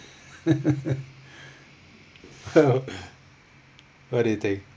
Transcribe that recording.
what do you think